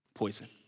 poison